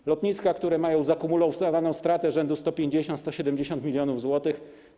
Są lotniska, które mają zakumulowaną stratę rzędu 150, 170 mln zł.